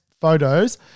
photos